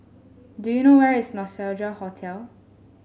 do you know where is Nostalgia Hotel